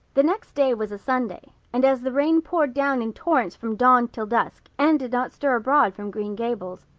the next day was sunday and as the rain poured down in torrents from dawn till dusk anne did not stir abroad from green gables.